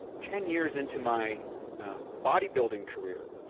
ten years into my body-building career,